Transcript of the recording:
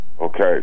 Okay